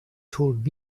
told